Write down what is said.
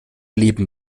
leben